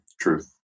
Truth